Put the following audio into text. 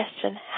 question